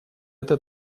это